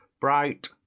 bright